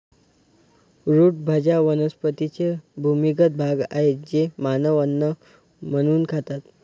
route भाज्या वनस्पतींचे भूमिगत भाग आहेत जे मानव अन्न म्हणून खातात